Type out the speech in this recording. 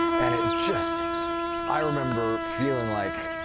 and it just i remember feeling like,